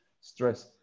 stress